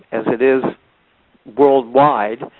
as it is worldwide,